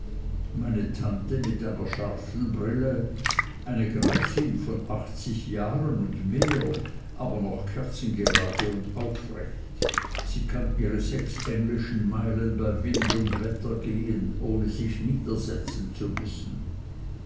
meine tante mit einer scharfen brille eine greisin von achtzig jahren und mehr aber noch kerzengerade und aufrecht sie kann ihre sechs englischen meilen bei wind und wetter gehen ohne sich niedersetzen zu müssen